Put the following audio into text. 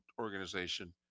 organization